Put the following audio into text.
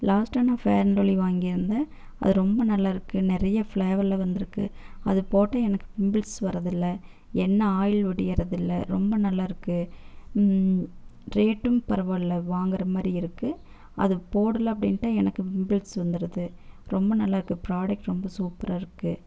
லாஸ்ட்டாக நான் Fair and Lovely வாங்கியிருந்தேன் அது ரொம்ப நல்லாயிருக்கு நிறையா ஃப்ளேவரில் வந்துருக்குது அது போட்டு எனக்கு பிம்புள்ஸ் வரது இல்லை எண்ணய் ஆயில் வடியறது இல்லை ரொம்ப நல்லாயிருக்கு ரேட்டும் பரவாயில்ல வாங்கிற மாதிரி இருக்குது அது போடலை அப்படின்ட்டா எனக்கு பிம்புள்ஸ் வந்துருது ரொம்ப நல்லாயிருக்கு ப்ராடக்ட் ரொம்ப சூப்பராயிருக்கு